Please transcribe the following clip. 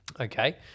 Okay